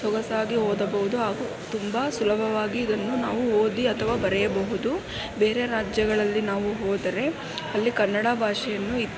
ಸೊಗಸಾಗಿ ಓದಬಹುದು ಹಾಗೂ ತುಂಬ ಸುಲಭವಾಗಿ ಇದನ್ನು ನಾವು ಓದಿ ಅಥವಾ ಬರೆಯಬಹುದು ಬೇರೆ ರಾಜ್ಯಗಳಲ್ಲಿ ನಾವು ಹೋದರೆ ಅಲ್ಲಿ ಕನ್ನಡ ಭಾಷೆಯನ್ನು